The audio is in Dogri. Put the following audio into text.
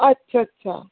अच्छा